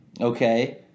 okay